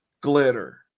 glitter